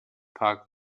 park